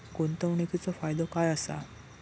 गुंतवणीचो फायदो काय असा?